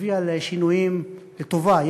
הביאו לשינויים לטובה.